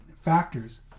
factors